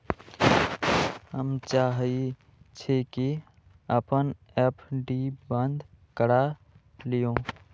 हम चाहई छी कि अपन एफ.डी बंद करा लिउ